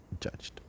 judged